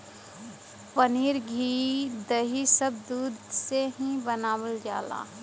पनीर घी दही सब दुधे से ही बनावल जाला